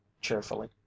cheerfully